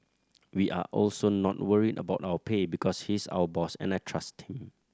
we are also not worried about our pay because he's our boss and I trust him